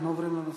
אתם חייבים לי,